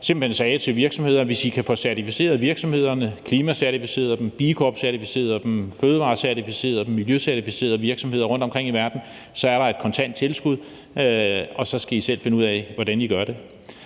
hvis de kunne få klimacertificeret virksomhederne, B Corp-certificeret dem, fødevarecertificeret dem, miljøcertificeret dem rundtomkring i verden, så er der et kontant tilskud, og så skal I selv finde ud af, hvordan I gør det.